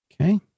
Okay